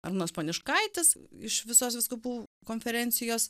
arūnas poniškaitis iš visos vyskupų konferencijos